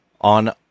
on